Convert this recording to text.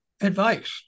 advice